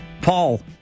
Paul